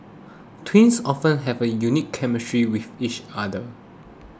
twins often have a unique chemistry with each other